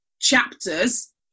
chapters